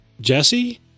Jesse